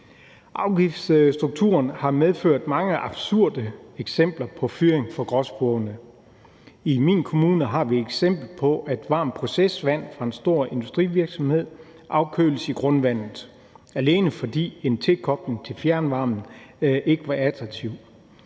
Afgiftsstrukturen har medført mange absurde eksempler på fyring for gråspurvene. I min kommune har vi et eksempel på, at varmt procesvand fra en stor industrivirksomhed afkøles i grundvandet, alene fordi en tilkobling til fjernvarmen ikke var attraktiv.